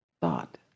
thought